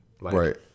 right